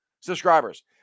subscribers